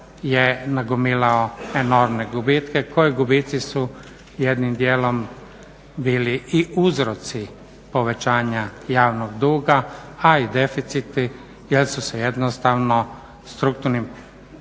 je nagomilao enormne gubitke koji gubici su jednim dijelom bili i uzroci povećanja javnog duga, a i deficiti jer su se jednostavno strukturnim